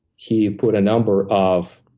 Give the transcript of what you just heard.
he put a number of